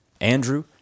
Andrew